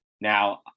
now